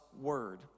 word